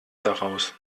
daraus